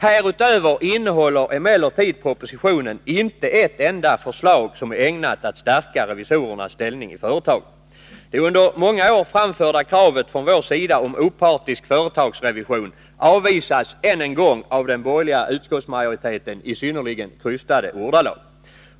Härutöver innehåller propositionen emellertid inte ett enda förslag som är ägnat att stärka revisorernas ställning i företagen. Det under många år framförda kravet från vår sida på opartisk företagsrevision avvisas än en gång av den borgerliga utskottsmajoriteten i synnerligen krystade ordalag.